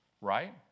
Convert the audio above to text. right